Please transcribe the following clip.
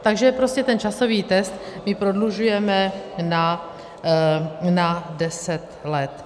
Takže prostě ten časový test prodlužujeme na deset let.